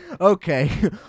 Okay